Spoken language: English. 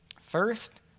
First